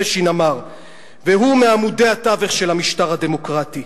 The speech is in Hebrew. והוא מעמודי התווך של המשטר הדמוקרטי,